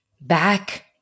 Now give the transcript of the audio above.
back